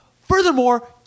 furthermore